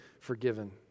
forgiven